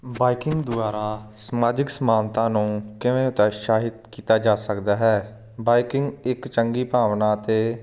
biking ਦੁਆਰਾ ਸਮਾਜਿਕ ਸਮਾਨਤਾ ਨੂੰ ਕਿਵੇਂ ਉਤਸ਼ਾਹਿਤ ਕੀਤਾ ਜਾ ਸਕਦਾ ਹੈ ਬਾਈਕਿੰਗ ਇੱਕ ਚੰਗੀ ਭਾਵਨਾ ਅਤੇ